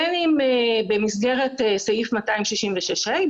בין אם במסגרת סעיף 266ה,